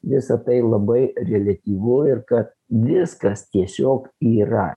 visa tai labai reliatyvu ir kad viskas tiesiog yra